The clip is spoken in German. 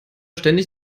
ständig